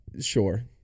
sure